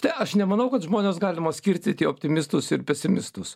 tai aš nemanau kad žmones galima skirtyti į optimistus ir pesimistus